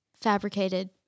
fabricated